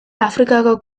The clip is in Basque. afrikako